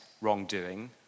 wrongdoing